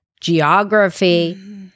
geography